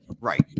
Right